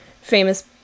famous